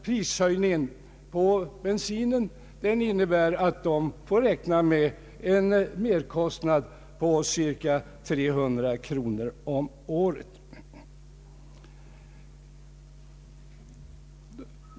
Prishöjningen på bensin innebär att de får räkna med en merkostnad på cirka 300 kronor om året.